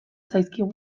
zaizkigu